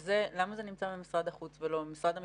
למה זה נמצא במשרד החוץ ולא במשרד המשפטים?